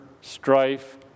strife